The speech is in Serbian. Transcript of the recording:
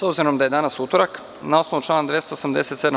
S obzirom da je danas utorak, na osnovu člana 287.